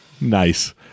Nice